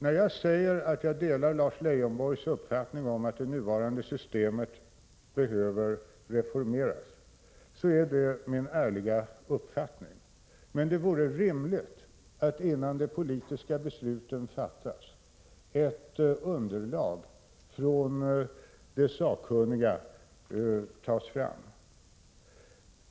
När jag säger att jag delar Lars Leijonborgs åsikt om att det nuvarande systemet behöver reformeras, är det min ärliga uppfattning. Men innan de politiska besluten fattas vore det rimligt att få ett underlag från de sakkunniga.